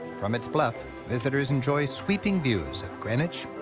from its bluff visitors enjoy sweeping views of greenwich,